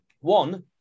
One